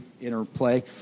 interplay